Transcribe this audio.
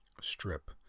strip